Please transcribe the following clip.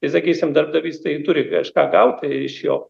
ir sakysim darbdavys tai turi kažką gauti iš jo